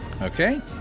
Okay